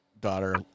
Daughter